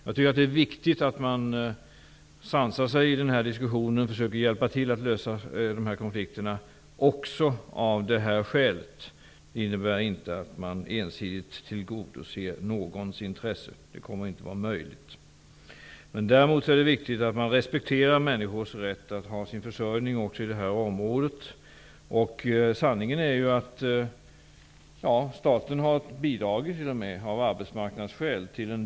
Det är viktigt att man även av detta skäl sansar sig i diskussionen och försöker att hjälpa till att lösa dessa konflikter. Det innebär inte att man ensidigt tillgodoser någons intresse. Det kommer inte att vara möjligt. Däremot är det viktigt att man respekterar människors rätt att ha sin försörjning i detta område. Sanningen är att staten av arbetsmarknadsskäl har bidragit till en del av dessa arbetstillfällen.